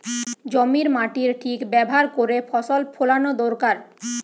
জমির মাটির ঠিক ব্যাভার কোরে ফসল ফোলানো দোরকার